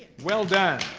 well done!